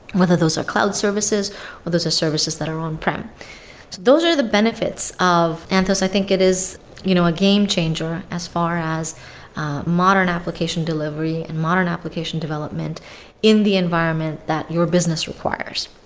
whether those are cloud services or those are services that are on-prem. so those are the benefits of anthos. i think it is you know a game changer as far as modern application delivery and modern application development in the environment that your business requires.